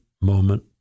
moment